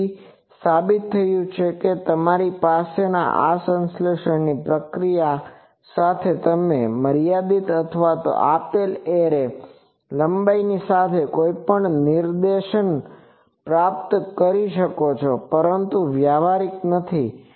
તેથી તે સાબિત થયું છે કે તમારી પાસે આ સંશ્લેષણ પ્રક્રિયા સાથે તમે મર્યાદિત અથવા આપેલ એરે લંબાઈ સાથે કોઈપણ નિર્દેશન પ્રાપ્ત કરી શકો છો પરંતુ તે વ્યવહારિક નથી